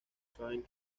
saben